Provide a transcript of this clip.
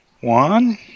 One